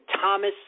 Thomas